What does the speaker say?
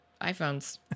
iPhones